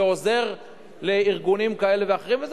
זה עוזר לארגונים כאלה ואחרים וזה